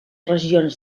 regions